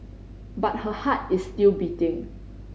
but her heart is still beating